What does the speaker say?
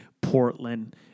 Portland